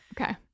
Okay